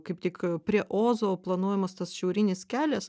kaip tik prie ozo planuojamas tas šiaurinis kelias